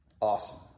Awesome